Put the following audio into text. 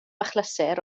achlysur